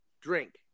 drink